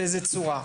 באיזו צורה.